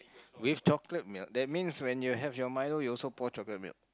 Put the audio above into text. with chocolate milk that means when you have your milo you also pour chocolate milk